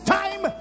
time